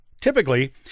Typically